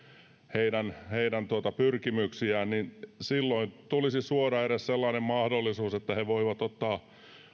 heidän heidän pyrkimyksiään niin silloin tulisi suoda edes sellainen mahdollisuus että he voivat ottaa